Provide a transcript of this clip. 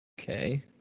Okay